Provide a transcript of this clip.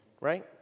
right